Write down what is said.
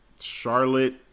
Charlotte